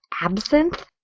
absinthe